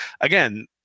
again